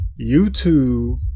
YouTube